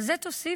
על זה תוסיפו